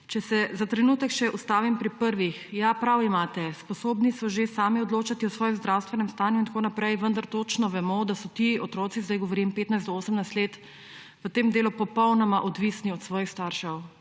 Če se za trenutek še ustavim pri prvih. Ja, prav imate, sposobni so že sami odločati o svojem zdravstvenem stanju in tako naprej, vendar točno vemo, da so ti otroci – zdaj govorim o starih od 15 do 18 let – v tem delu popolnoma odvisni od svojih staršev.